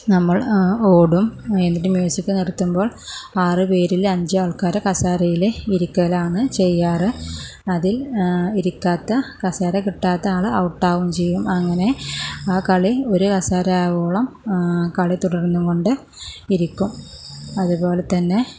നമ്മൾ ഓടും എന്നിട്ട് മ്യൂസിക് നിർത്തുമ്പോൾ ആറു പേരിൽ അഞ്ച് ആൾക്കാര് കസേരയിൽ ഇരിക്കലാണ് ചെയ്യാറ് അതിൽ ഇരിക്കാത്ത കസേര കിട്ടാത്ത ആള് ഔട്ട് ആകുകയും ചെയ്യും അങ്ങനെ ആ കളി രസകരമാകുവോളം കളി തുടർന്നു കൊണ്ട് ഇരിക്കും അതുപോലെ തന്നെ